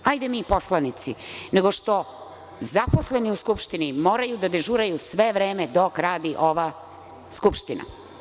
Hajde mi poslanici, nego što zaposleni u Skupštini moraju da dežuraju sve vreme dok radi ova Skupština.